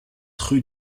rue